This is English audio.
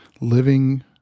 living